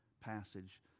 passage